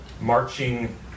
marching